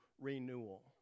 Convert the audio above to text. renewal